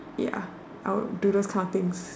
ya I would do those kind of things